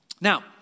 Now